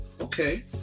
Okay